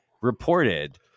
reported